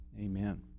Amen